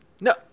no